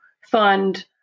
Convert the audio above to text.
fund